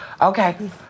Okay